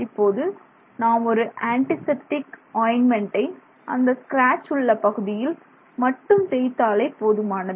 இப்போது நாம் ஒரு ஆன்டிசெப்டிக் ஆயின்மென்டை அந்த ஸ்கிராட்ச் உள்ள பகுதியில் மட்டும் தேய்த்தாலே போதுமானது